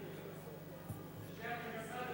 זה שייך למשרד